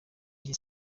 jye